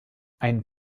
ein